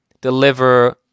deliver